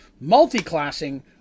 Multi-classing